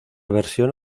versión